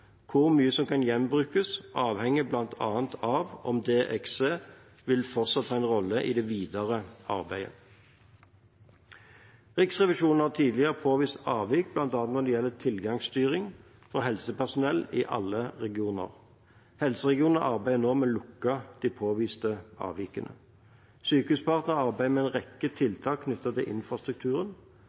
videre arbeidet. Riksrevisjonen har tidligere påvist avvik bl.a. når det gjelder tilgangsstyring for helsepersonell i alle regioner. Helseregionene arbeider nå med å lukke de påviste avvikene. Sykehuspartner arbeider med en rekke tiltak knyttet til infrastrukturen.